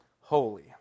holy